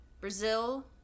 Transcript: Brazil